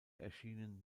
erschienen